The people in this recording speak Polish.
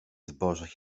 zbożach